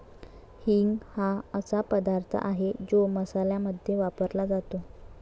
हिंग हा असा पदार्थ आहे जो मसाल्यांमध्ये वापरला जातो